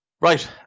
Right